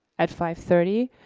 at five thirty.